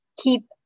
keep